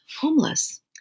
homeless